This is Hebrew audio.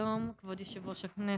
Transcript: שלום, כבוד יושב-ראש הכנסת.